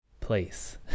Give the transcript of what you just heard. place